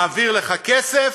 מעביר לך כסף,